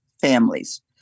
families